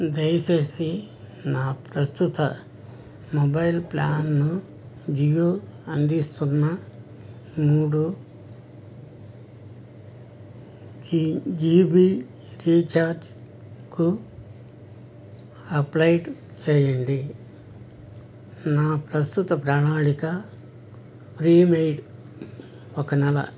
దయచేసి నా ప్రస్తుత మొబైల్ ప్లాన్ను జియో అందిస్తున్న మూడు జీ జీబీ రీఛార్జ్కు అప్గ్రేడ్ చేయండి నా ప్రస్తుత ప్రణాళిక ప్రీపెయిడ్ ఒక నెల